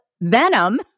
venom